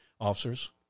officers